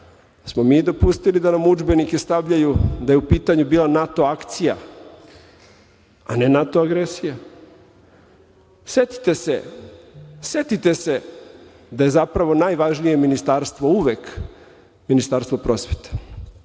Da smo mi dopustili da nam u udžbenike stavljaju da je u pitanju bila NATO akcija, a ne NATO agresija. Setite se da je zapravo najvažnije ministarstvu uvek Ministarstvo prosvete.